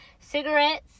cigarettes